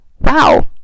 wow